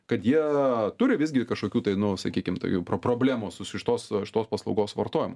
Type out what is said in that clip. kad jie turi visgi kažkokių tai nu sakykim tokių pro problemų su ši šitos šitos paslaugos vartojimu